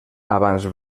abans